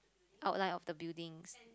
outline of the buildings